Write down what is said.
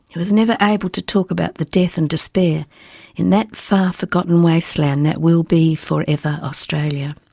he was never able to talk about the death and despair in that far forgotten wasteland that will be forever australia.